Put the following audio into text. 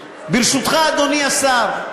ברשותך, אדוני השר,